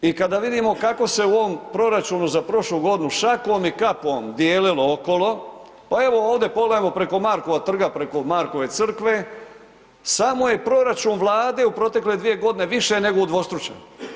I kada vidimo kako se u ovom proračunu za prošlu godinu šakom i kapom dijelilo okolo, pa evo ovdje pogledajmo preko Markova trga, preko Markove crkve, samo je proračun Vlade u protekle 2 godine više nego udvostručen.